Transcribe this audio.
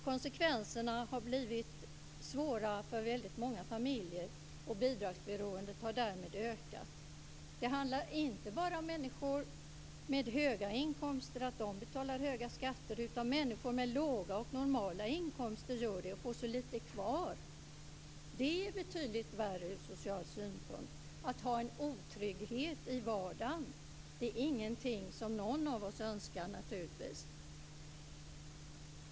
Konsekvenserna har blivit svåra för väldigt många familjer, och bidragsberoendet har därmed ökat. Det handlar inte bara om att människor med höga inkomster betalar höga skatter, utan också om att människor med låga och normala inkomster gör det och får så lite kvar. Det är betydligt värre ur social synpunkt att ha en otrygghet i vardagen. Det är naturligtvis ingenting som någon av oss önskar.